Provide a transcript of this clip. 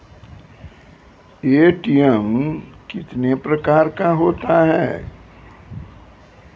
ATM कितने प्रकार का होता हैं?